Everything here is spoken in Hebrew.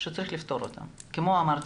שצריך לפתור אותן כמו המיגון.